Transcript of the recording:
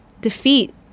defeat